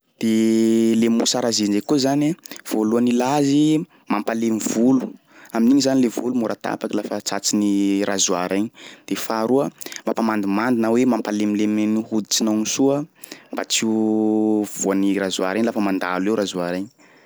De le mousse à raser ndraiky koa zany a, voalohany ilà azy mampalemy volo, amin'igny zany le volo mora tapaky lafa tratry ny razoara igny de faharoa mampamandimandina hoe mampalemilememy hoditrinao igny soa mba tsy ho voan'ny razoara igny lafa mandalo eo razoara igny.